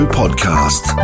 podcast